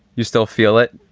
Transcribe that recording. you still feel it.